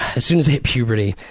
as soon as i hit puberty,